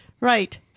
Right